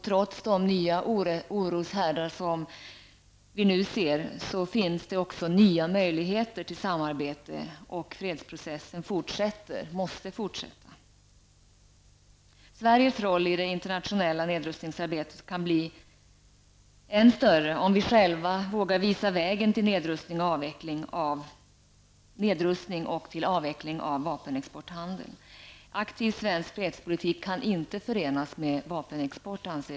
Trots de nya oroshärdara som vi nu ser finns också nya möjligheter till samarbete, och fredsprocessen fortsätter och måste fortsätta. Sveriges roll i det internationella nedrustningsarbetet kan bli än större om vi själva vågar visa vägen till nedrustning och avveckling av vapenexporthandeln. Vi anser att aktiv svensk fredspolitik inte kan förenas med vapenexport.